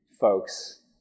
folks